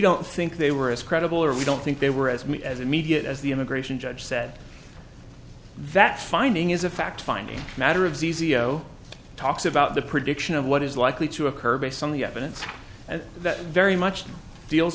don't think they were as credible or we don't think they were as mean as immediate as the immigration judge said that finding is a fact finding a matter of zio talks about the prediction of what is likely to occur based on the evidence and that very much deals